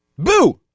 boo.